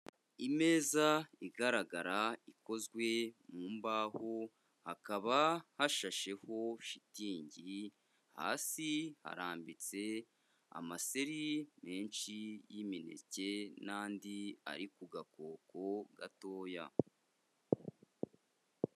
Imeza igaragara ikozwe mu mbaho, hakaba hashasheho shitingi, hasi harambitse amaseri menshi y'imineke n'andi ari ku gakoko gatoya.